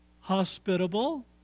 hospitable